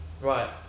Right